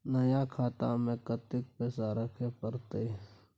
नया खाता में कत्ते पैसा रखे परतै?